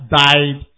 died